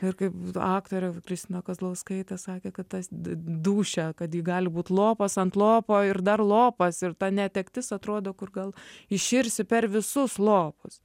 ir kaip aktorė kristina kazlauskaitė sakė kad tas dūšią kad ji gali būt lopas ant lopo ir dar lopas ir ta netektis atrodo kur gal iširsi per visus lopus